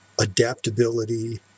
adaptability